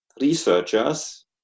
researchers